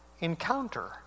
encounter